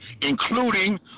including